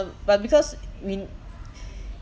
but because we